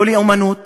לא לאומנות